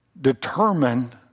Determine